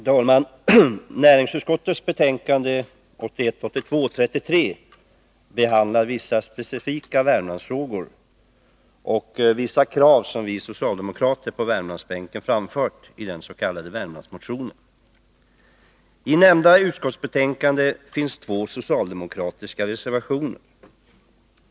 Herr talman! Näringsutskottets betänkande 1981/82:33 behandlar vissa specifika Värmlandsfrågor och krav som vi socialdemokrater på Värmlandsbänken framfört i den s.k. Värmlandsmotionen. I nämnda utskottsbetänkande finns två socialdemokratiska reservationer.